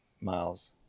miles